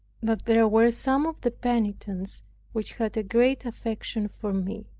that there were some of the penitents which had a great affection for me.